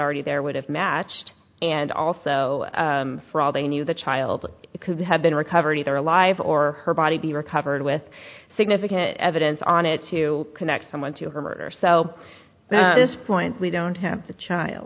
already there would have matched and also for all they knew the child could have been recovered either alive or her body be recovered with significant evidence on it to connect someone to her murder so this point we don't have the child